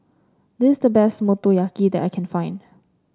this is the best Motoyaki that I can find